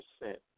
percent